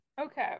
Okay